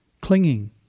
clinging